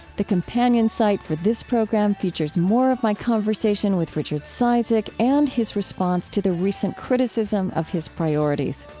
the companion site for this program features more of my conversation with richard cizik and his response to the recent criticism of his priorities.